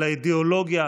על האידיאולוגיה,